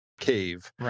cave